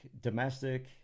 domestic